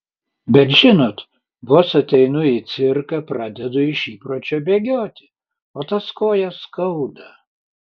bet žinot vos ateinu į cirką pradedu iš įpročio bėgioti o tas kojas skauda